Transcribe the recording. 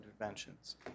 interventions